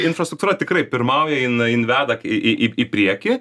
infrastruktūra tikrai pirmauja jin jin veda į į į priekį